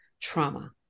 trauma